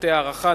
שירותי הארחה,